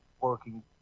working